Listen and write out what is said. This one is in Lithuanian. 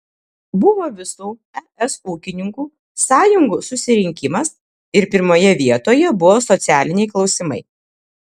buvo visų es ūkininkų sąjungų susirinkimas ir pirmoje vietoje buvo socialiniai klausimai